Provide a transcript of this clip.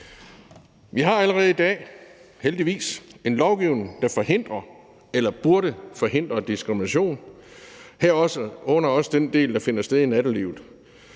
Vi har allerede i dag, heldigvis, lovgivning, der forhindrer eller burde forhindre diskrimination, herunder også den del, der finder sted i nattelivet.